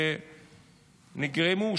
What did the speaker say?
שנגרמו,